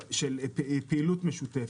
של פעילות משותפת.